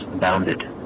bounded